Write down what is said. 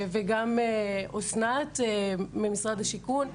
וגם אסנת ממשרד השיכון.